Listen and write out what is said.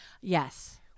yes